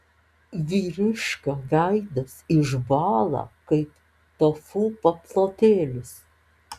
vyriškio veidas išbąla kaip tofu paplotėlis